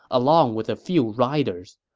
along with a few riders.